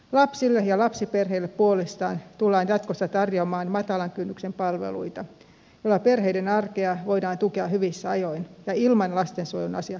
lapsille ja lapsiperheille puolestaan tullaan jatkossa tarjoamaan matalan kynnyksen palveluita joilla perheiden arkea voidaan tukea hyvissä ajoin ja ilman lastensuojelun asiakkuutta